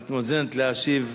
את מזומנת להשיב.